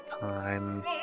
time